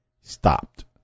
stopped